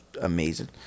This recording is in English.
amazing